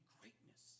greatness